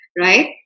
Right